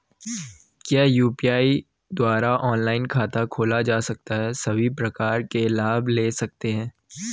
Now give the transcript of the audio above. क्या यु.पी.आई द्वारा ऑनलाइन खाता खोला जा सकता है सभी प्रकार के लाभ ले सकते हैं?